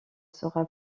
sera